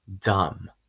dumb